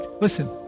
Listen